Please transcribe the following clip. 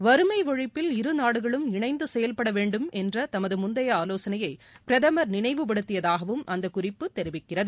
வறுமை ஒழிப்பில் இரு நாடுகளும் இணைந்து செயல்பட வேண்டும் என்ற தமது முந்தைய ஆலோசனையை பிரதமர் நினைவு படுத்தியதாகவும் அந்த குறிப்பு தெரிவிக்கிறது